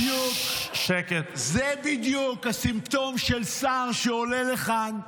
זה בדיוק הסימפטום של שר שעולה לכאן,